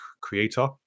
creator